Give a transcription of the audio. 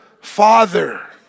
Father